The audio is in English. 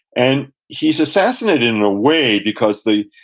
and he's assassinated in a way because the,